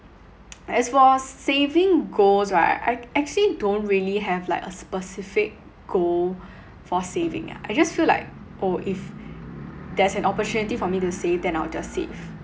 as for saving goals right I actually don't really have like a specific goal for saving ah I just feel like oh if there's an opportunity for me to save then I'll just save